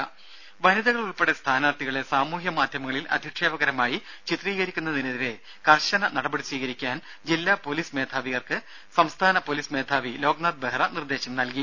രംഭ വനിതകൾ ഉൾപ്പെടെ സ്ഥാനാർഥികളെ സാമൂഹ്യ മാധ്യമങ്ങളിൽ അധിക്ഷേപകരമായി ചിത്രീകരിക്കുന്നതിനെതിരെ കർശന നടപടി സ്വീകരിക്കാൻ ജില്ലാ പൊലീസ് മേധാവിമാർക്ക് സംസ്ഥാന പൊലീസ് മേധാവി ലോക് നാഥ് ബെഹ്റ നിർദ്ദേശം നൽകി